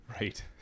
Right